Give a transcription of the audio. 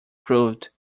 proved